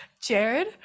Jared